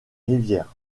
rivières